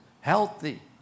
healthy